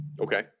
okay